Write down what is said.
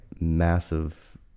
massive